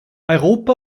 europa